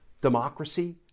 democracy